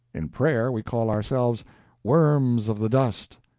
in prayer we call ourselves worms of the dust,